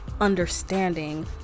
understanding